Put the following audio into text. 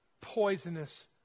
poisonous